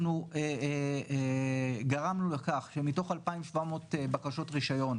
אנחנו גרמנו לכך שמתוך 2,700 בקשות רישיון,